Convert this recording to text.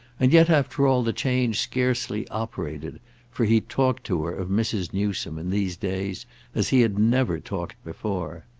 and yet after all the change scarcely operated for he talked to her of mrs. newsome in these days as he had never talked before.